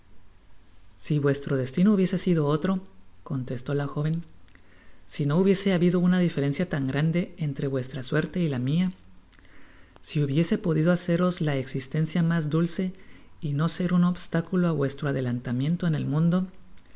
si vuestro destino hubiese sido otro contestó la joyen si no hubiese habido una diferencia tan grande entre vuestra suerte y la mia si hubiese podido haceros la ecsistencia mas dulce y no ser un obstáculo á vuestro adelantamiento en el mundo